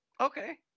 Okay